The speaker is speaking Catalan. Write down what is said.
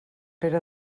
pere